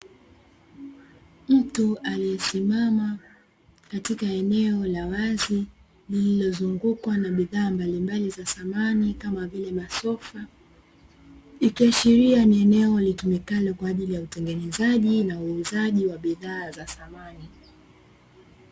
Mtu aliyesimama katika eneo la wazi, lililozungukwa na bidhaa mbalimbali za samani kama vile masofa, ikiashiria ni eneo litumikalo kwa ajili ya utengenezaji na uuzaji wa bidhaa za samani.